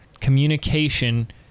communication